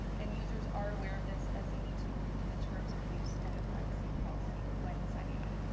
and users are aware of this as they need to agree to the terms of use and the privacy policy when signing up.